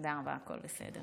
תודה רבה, הכול בסדר.